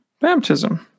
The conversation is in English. baptism